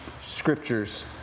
scriptures